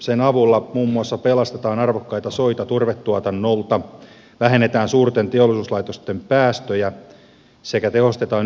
sen avulla muun muassa pelastetaan arvokkaita soita turvetuotannolta vähennetään suurten teollisuuslaitosten päästöjä sekä tehostetaan ympäristönsuojelun lupamenettelyä ja valvontaa